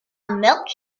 milky